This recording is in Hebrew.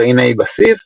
גרעיני בסיס,